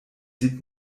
sieht